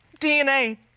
DNA